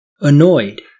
Annoyed